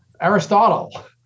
aristotle